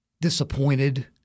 disappointed